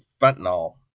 fentanyl